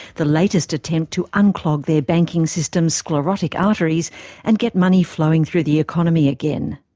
the latest attempt to unclog their banking system's sclerotic arteries and get money flowing through the economy again.